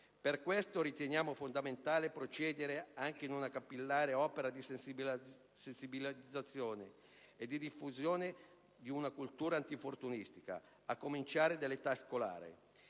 Per questo, riteniamo fondamentale procedere anche in una capillare opera di sensibilizzazione e di diffusione di una cultura antinfortunistica, a cominciare dall'età scolare.